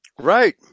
Right